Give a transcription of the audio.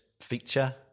feature